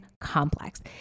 complex